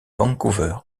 vancouver